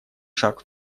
шаг